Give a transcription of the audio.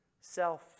self